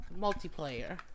multiplayer